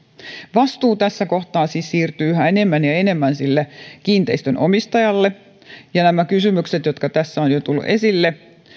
vastuu tässä kohtaa siis siirtyy yhä enemmän ja enemmän sille kiinteistön omistajalle ja nämä kysymykset jotka tässä ovat jo tulleet esille